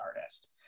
artist